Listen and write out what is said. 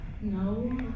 no